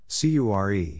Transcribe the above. CURE